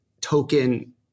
token